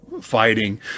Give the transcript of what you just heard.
fighting